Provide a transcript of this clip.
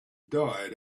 died